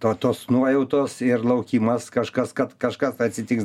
to tos nuojautos ir laukimas kažkas kad kažkas atsitiks